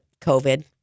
COVID